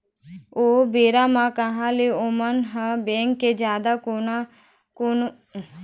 ओ बेरा म कहाँ ले ओमन ह बेंक के जादा कोनो मरम ल जानय रेंगे रेंगे सेठ साहूकार करा जावय